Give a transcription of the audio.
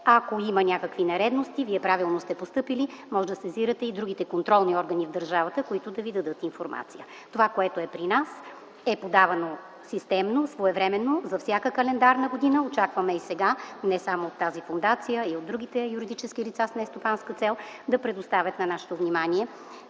Ако има някакви нередности, Вие правилно сте постъпили – можете да сезирате и другите контролни органи в държавата, които да Ви дадат информация. Това, което е при нас, е подавано системно, своевременно за всяка календарна година. Очакваме и сега не само от тази фондация, а и от другите юридически лица с нестопанска цел да предоставят на нашето внимание